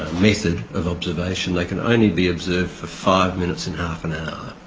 method of observation, they can only be observed for five minutes in half an hour.